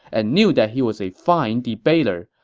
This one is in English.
and knew that he was a fine debater,